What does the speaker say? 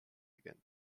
again